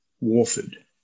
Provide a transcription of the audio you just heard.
Warford